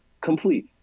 Complete